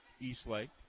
Eastlake